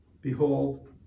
Behold